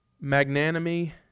magnanimity